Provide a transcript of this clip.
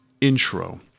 intro